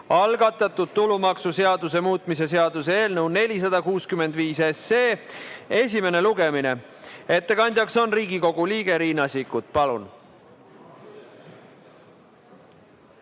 algatatud tulumaksuseaduse muutmise seaduse eelnõu 465 esimene lugemine. Ettekandja on Riigikogu liige Riina Sikkut. Palun!